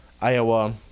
Iowa